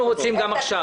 אנחנו רוצים גם עכשיו.